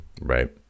Right